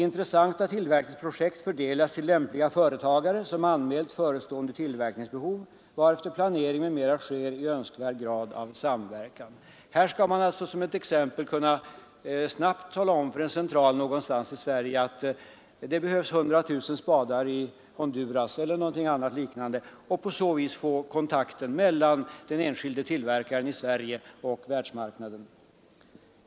Intressanta tillverkningsprojekt fördelas till lämpliga företagare som anmält förestående tillverkningsbehov, varefter planering osv. sker i önskvärd grad av samverkan. Här skall man alltså t.ex. snabbt kunna tala om för en central någonstans i Sverige att det behövs hundratusen spadar i Honduras och på så vis få kontakter mellan den enskilde tillverkaren i Sverige och världsmarknaden.